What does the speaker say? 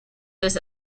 this